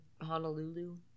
Honolulu